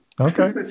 Okay